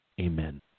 Amen